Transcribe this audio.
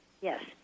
Yes